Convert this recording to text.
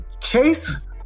Chase